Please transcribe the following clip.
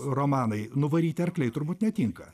romanai nuvaryti arkliai turbūt netinka